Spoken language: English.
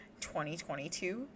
2022